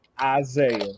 Isaiah